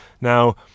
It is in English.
Now